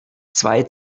zwei